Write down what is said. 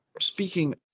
speaking